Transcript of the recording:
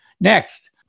Next